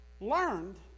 learned